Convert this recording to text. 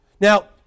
Now